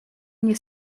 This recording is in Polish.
nie